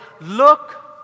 look